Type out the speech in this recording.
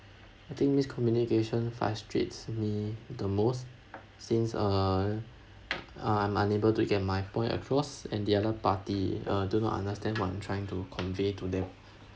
I think miscommunication frustrates me the most since uh uh I'm unable to get my point across and the other party uh do not understand what I'm trying to convey to them